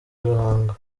ruhango